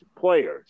players